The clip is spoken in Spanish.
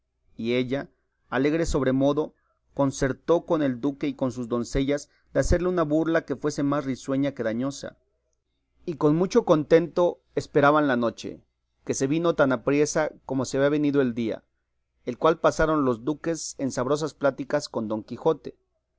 y ella alegre sobremodo concertó con el duque y con sus doncellas de hacerle una burla que fuese más risueña que dañosa y con mucho contento esperaban la noche que se vino tan apriesa como se había venido el día el cual pasaron los duques en sabrosas pláticas con don quijote